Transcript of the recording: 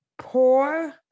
poor